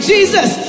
Jesus